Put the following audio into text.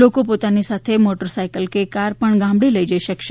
લોકો પોતાની સાથે મોટર સાઈકલ કે કાર પણ ગામડે લઇ જઈ શકશે